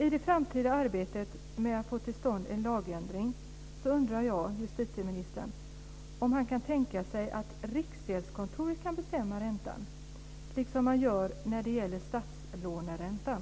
I det framtida arbetet med att få till stånd en lagändring undrar jag om justitieministern kan tänka sig att Riksgäldskontoret kan bestämma räntan, liksom man gör när det gäller statslåneräntan.